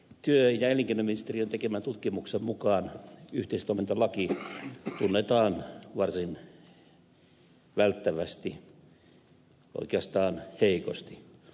työ ja elinkeinoministeriön tekemän tutkimuksen mukaan yhteistoimintalaki tunnetaan varsin välttävästi oikeastaan heikosti